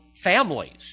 families